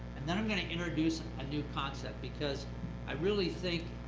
and then i'm going to introduce a new concept because i really think,